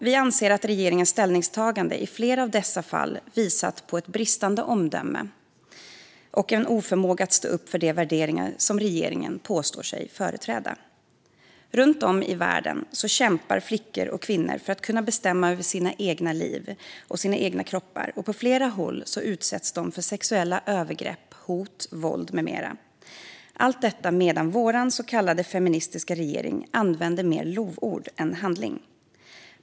Vi anser att regeringens ställningstaganden i flera av dessa fall visat på bristande omdöme och oförmåga att stå upp för de värderingar som regeringen påstår sig företräda. Runt om i världen kämpar flickor och kvinnor för att kunna bestämma över sina egna liv och kroppar. På flera håll utsätts de för sexuella övergrepp, hot, våld med mera - allt medan vår så kallade feministiska regering använder sig mer av lovord än av handling.